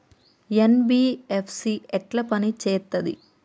NBFC ఎట్ల పని చేత్తది?